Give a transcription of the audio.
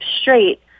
straight